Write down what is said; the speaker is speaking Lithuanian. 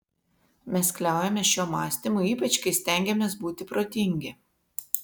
mes kliaujamės šiuo mąstymu ypač kai stengiamės būti protingi